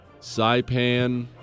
Saipan